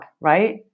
right